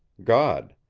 god.